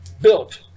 built